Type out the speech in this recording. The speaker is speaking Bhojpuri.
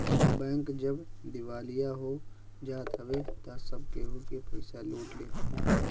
बैंक जब दिवालिया हो जात हवे तअ सब केहू के पईसा लूट लेत हवे